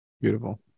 Beautiful